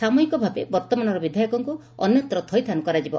ସାମୟିକ ଭାବେ ବର୍ଉମାନର ବିଧାୟକଙ୍କୁ ଅନ୍ୟତ୍ର ଥଇଥାନ କରାଯିବ